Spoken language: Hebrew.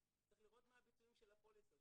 צריך לראות מה הביצועים של הפוליסות.